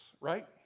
right